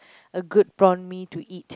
a good prawn-mee to eat